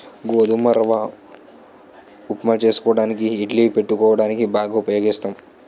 గోధుమ రవ్వ ఉప్మా చేసుకోవడానికి ఇడ్లీ పెట్టుకోవడానికి బాగా ఉపయోగిస్తాం